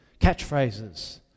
Catchphrases